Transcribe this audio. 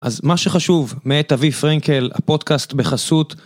אז מה שחשוב מאת אביב פרינקל, הפודקאסט בחסות: